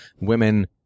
Women